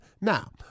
Now